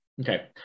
Okay